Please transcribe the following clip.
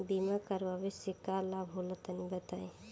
बीमा करावे से का लाभ होला तनि बताई?